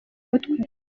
mutwe